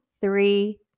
three